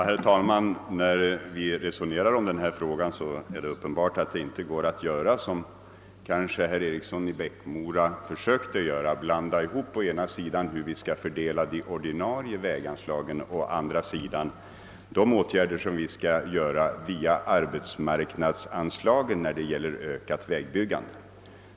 Herr talman! Det går inte att som herr Eriksson i Bäckmora gjorde blanda ihop å ena sidan hur vi skall fördela de ordinarie väganslagen och å andra sidan vilka åtgärder vi skall vidta via arbetsmarknadsanslagen för att öka väg byggandet.